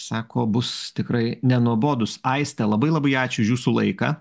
sako bus tikrai nenuobodūs aiste labai labai ačiū už jūsų laiką